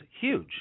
huge